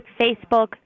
Facebook